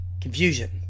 confusion